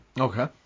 Okay